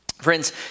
Friends